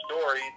story